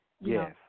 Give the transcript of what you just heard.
Yes